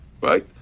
Right